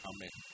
Amen